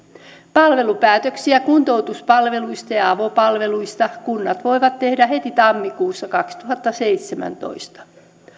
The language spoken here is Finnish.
palvelupäätöksiä kuntoutuspalveluista ja ja avopalveluista kunnat voivat tehdä heti tammikuussa kaksituhattaseitsemäntoista